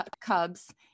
Cubs